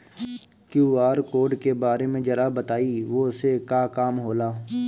QR code के बारे में जरा बताई वो से का काम होला?